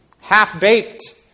half-baked